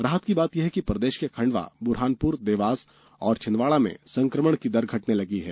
राहत की बात ये है कि प्रदेश के खंडवा बुरहानपुर देवास और छिंदवाड़ा में संक्रमण की दर घटने लगी है